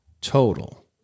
total